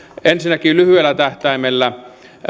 ensinnäkin lyhyellä tähtäimellä